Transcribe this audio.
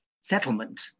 settlement